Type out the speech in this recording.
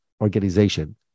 organization